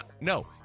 no